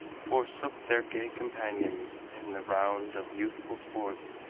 forsook their gay companions and the round of youthful sports,